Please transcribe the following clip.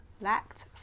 lacked